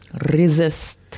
Resist